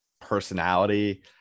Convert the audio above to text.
personality